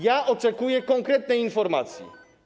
Ja oczekuję konkretnej informacji.